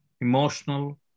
emotional